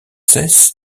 cesse